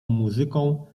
muzyką